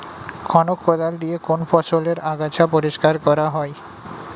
খনক কোদাল দিয়ে কোন ফসলের আগাছা পরিষ্কার করা হয়?